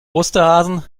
osterhasen